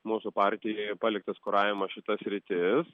mūsų partijai paliktas kuravimas šita sritis